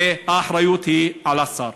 והאחריות היא על השר.